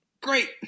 Great